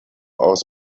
aus